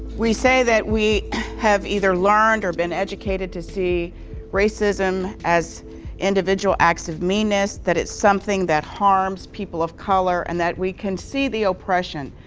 we say that we have either learned or been educated to see racism as individual acts of meanness, that it's something that harms people of color and that we can see the oppression.